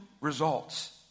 results